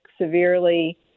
severely